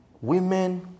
women